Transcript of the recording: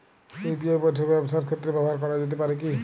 UPI পরিষেবা ব্যবসার ক্ষেত্রে ব্যবহার করা যেতে পারে কি?